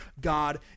God